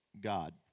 God